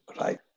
Right